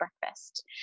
breakfast